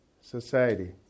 society